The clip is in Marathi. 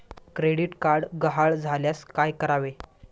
क्रेडिट कार्ड गहाळ झाल्यास काय करावे?